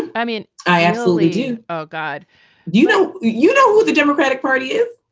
and i mean, i absolutely do. oh, god you know. you know, the democratic party is.